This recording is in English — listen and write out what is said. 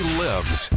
lives